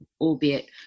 albeit